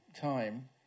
time